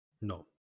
No